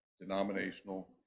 denominational